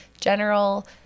general